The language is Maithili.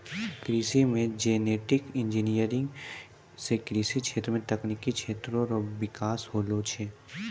कृषि मे जेनेटिक इंजीनियर से कृषि क्षेत्र मे तकनिकी क्षेत्र रो बिकास होलो छै